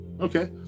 Okay